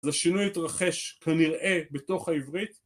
זה שינוי התרחש כנראה בתוך העברית